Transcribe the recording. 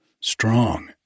strong